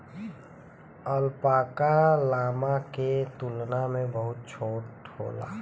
alpaca, llama के तुलना में बहुत छोट होला